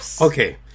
Okay